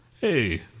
hey